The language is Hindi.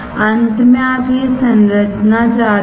अंत में आप यह संरचना चाहते हैं